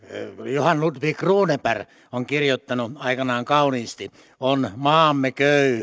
johan ludvig runeberg on kirjoittanut aikanaan kauniisti on maamme köyhä